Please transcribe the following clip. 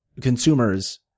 consumers